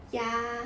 ya